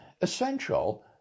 essential